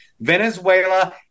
Venezuela